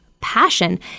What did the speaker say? passion